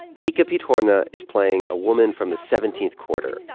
vika pitorna is playing a woman from the seventeenth quarter,